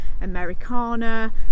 americana